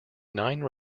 nine